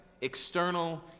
external